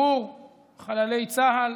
לשחרור חללי צה"ל